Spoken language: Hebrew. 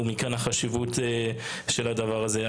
ומכאן החשיבות של הדבר הזה.